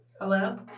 Hello